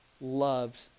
loved